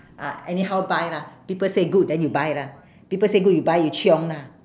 ah anyhow buy lah people say good then you buy lah people say good you buy you chiong lah